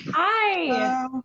Hi